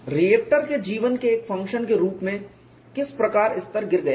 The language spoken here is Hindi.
रिएक्टर के जीवन के एक फंक्शन के रूप में किस प्रकार स्तर गिर गया है